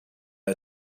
are